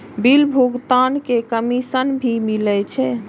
Bill भुगतान में commission भी मिले छै?